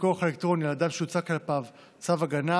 פיקוח אלקטרוני על אדם שהוצא כלפיו צו הגנה),